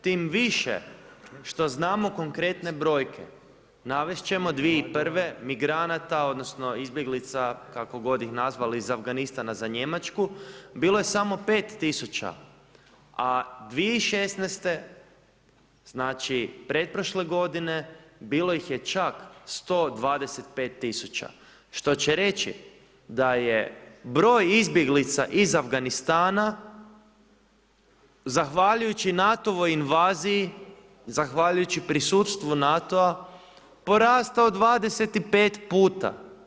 Tim više što znamo konkretne brojke, navest ćemo 2001. migranata odnosno izbjeglica, kako god ih nazvali iz Afganistana za Njemačku bilo je samo 5 000, a 2016., znači pretprošle godine bilo ih je čak 125 000, što će reći da je broj izbjeglica iz Afganistana, zahvaljujući NATO-voj invaziji, zahvaljujući prisustvu NATO-a, porastao 25 puta.